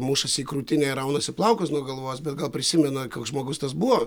mušasi į krūtinę ir raunasi plaukus nuo galvos bet gal prisimena koks žmogus tas buvo